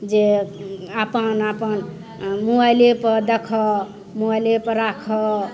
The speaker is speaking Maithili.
जे अपन अपन मोबाइलेपर देखऽ मोबाइलेपर राखऽ